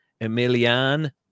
Emilian